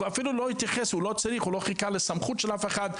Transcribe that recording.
ואפילו הוא לא חיכה לסמכות של אף אחד,